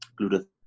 Glutathione